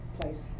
place